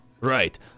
Right